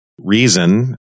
reason